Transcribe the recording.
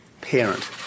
parent